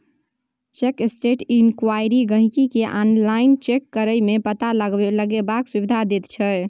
cheque status enquiry गाहिंकी केँ online check बारे मे पता लगेबाक सुविधा दैत छै